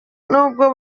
n’ubwo